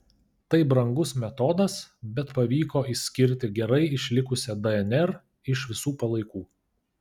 tai brangus metodas bet pavyko išskirti gerai išlikusią dnr iš visų palaikų